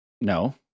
No